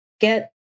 get